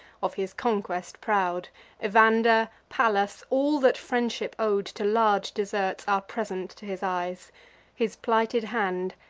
of his conquest proud evander, pallas, all that friendship ow'd to large deserts, are present to his eyes his plighted hand,